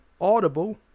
Audible